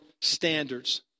standards